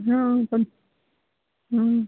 हं पण